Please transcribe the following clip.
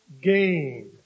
gain